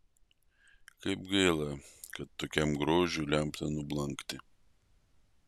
kaip gaila kad tokiam grožiui lemta nublankti